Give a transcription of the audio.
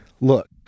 look